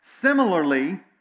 Similarly